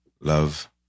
love